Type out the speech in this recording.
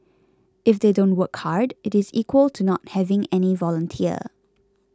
if they don't work hard it is equal to not having any volunteer